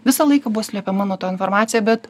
visą laiką buvo slepiama nuo to informacija bet